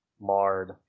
marred